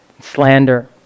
slander